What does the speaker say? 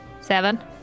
Seven